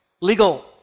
legal